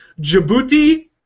Djibouti